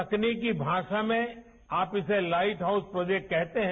तकनीकी भाषा में आप इसे लाइट हाउस प्रोजेक्ट कहते हैं